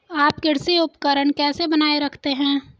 आप कृषि उपकरण कैसे बनाए रखते हैं?